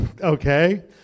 okay